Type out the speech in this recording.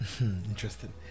interesting